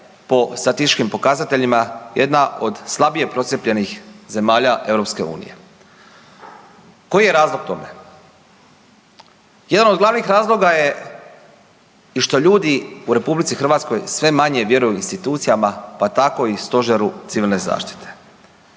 po statističkim pokazateljima jedna od slabije procijepljenih zemalja EU. Koji je razlog tome? Jedan od glavnih razloga je to što ljudi u RH sve manje vjeruju institucijama, pa tako i Stožeru civilne zaštite.